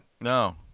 no